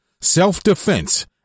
self-defense